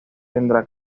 tendrá